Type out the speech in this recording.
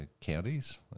counties